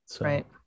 Right